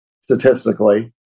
statistically